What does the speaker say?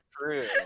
True